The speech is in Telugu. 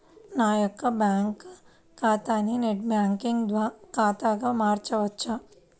నా యొక్క బ్యాంకు ఖాతాని నెట్ బ్యాంకింగ్ ఖాతాగా మార్చవచ్చా?